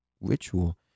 ritual